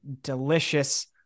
delicious